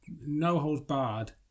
no-holds-barred